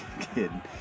kidding